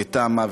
ותמ"א,